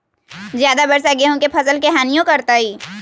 ज्यादा वर्षा गेंहू के फसल के हानियों करतै?